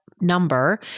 number